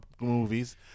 movies